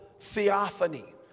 theophany